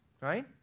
right